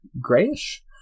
grayish